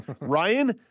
Ryan